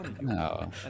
No